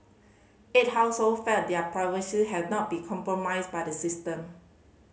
eight household felt their privacy have not become compromised by the system